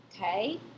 okay